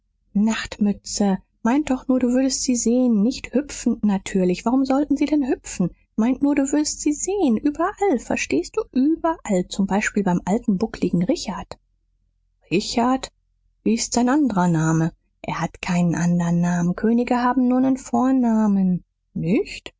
nachtmütze meint doch nur du würdst sie sehn nicht hüpfend natürlich warum sollten sie denn hüpfen meint nur du würdst sie sehn überall verstehst du überall zum beispiel beim alten buckligen richard richard wie ist sein anderer name er hat keinen anderen namen könige haben nur nen vornamen nicht